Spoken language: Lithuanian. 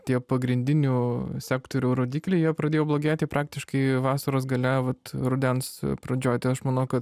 tie pagrindinių sektorių rodikliai jie pradėjo blogėti praktiškai vasaros gale vat rudens pradžioj tai aš manau kad